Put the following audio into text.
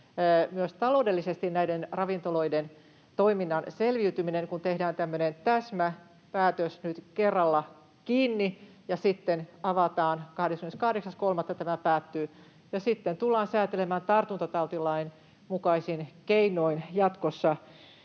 myös taloudellisesti näiden ravintoloiden toiminnan selviytyminen, kun tehdään tämmöinen täsmäpäätös nyt: kerralla kiinni, ja sitten avataan, 28.3. tämä päättyy. Ja sitten tullaan säätelemään tartuntatautilain mukaisin keinoin jatkossa